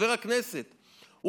חבר הכנסת,